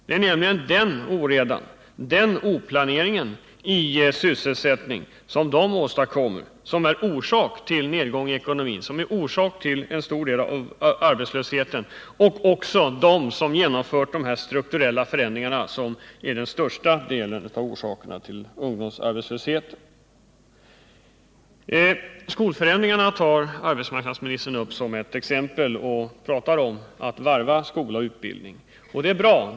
Det är den oreda och den brist på planering när det gäller sysselsättningen som åstadkommits av dem som är orsak till nedgången i ekonomin och till en stor del av arbetslösheten. När det gäller ungdomsarbetslösheten har den till största delen orsakats av dem som genomfört de här strukturella förändringarna. Förändringarna på skolområdet tar arbetsmarknadsministern upp som exempel på åtgärder som skall förbättra situationen, och han talar om att varva praktik och utbildning. Det är bra.